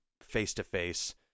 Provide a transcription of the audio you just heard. face-to-face